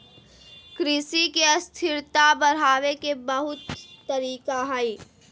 कृषि के स्थिरता बढ़ावे के बहुत तरीका हइ